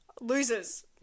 Losers